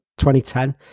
2010